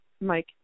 Mike